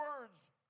words